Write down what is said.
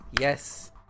Yes